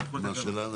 מה השאלה?